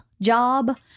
job